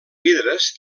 vidres